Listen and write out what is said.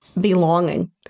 belonging